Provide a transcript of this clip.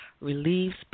relieves